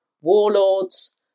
warlords